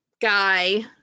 guy